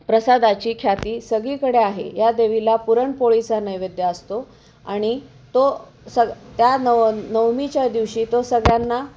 प्रसादाची ख्याती सगळीकडे आहे या देवीला पुरणपोळीचा नैवेद्य असतो आणि तो सग त्या नव नवमीच्या दिवशी तो सगळ्यांना